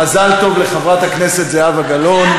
מזל טוב לחברת הכנסת זהבה גלאון.